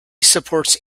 supports